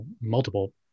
multiple